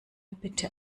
bitte